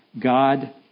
God